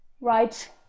right